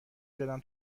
زدم